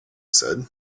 said